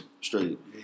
straight